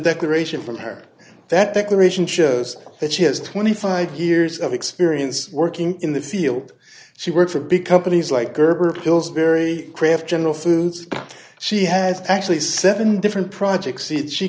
declaration from her that declaration shows that she has twenty five years of experience working in the field she worked for big companies like gerber pillsbury kraft general foods she has actually seven different projects